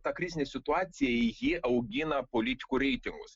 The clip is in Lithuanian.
ta krizinė situacija ji augina politikų reitingus